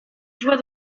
joie